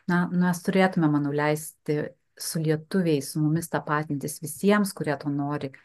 na mes turėtume manau leisti su lietuviais su mumis tapatintis visiems kurie to nori